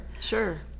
sure